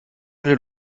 keine